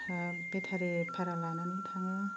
बेटारि भारा लानानै थाङो